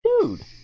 dude